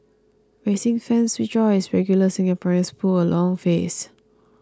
racing fans rejoice regular Singaporeans pull a long face